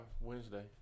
Wednesday